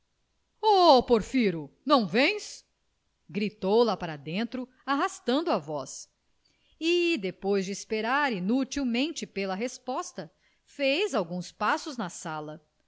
ó porfiro não vens gritou lá para dentro arrastando a voz e depois de esperar inutilmente pela resposta fez alguns passos na sala